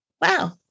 wow